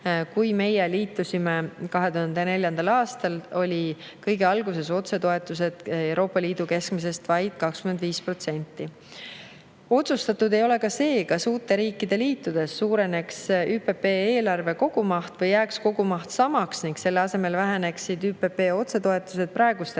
kui meie liitusime 2004. aastal, olid kõige alguses meie otsetoetused Euroopa Liidu keskmisest vaid 25%. Otsustatud ei ole ka see, kas uute riikide liitudes suureneks ÜPP eelarve kogumaht või jääks kogumaht samaks ning ÜPP otsetoetused praegustele